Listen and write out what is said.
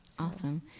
Awesome